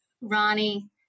Ronnie